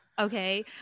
Okay